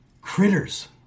critters